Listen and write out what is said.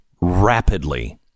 rapidly